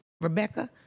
Rebecca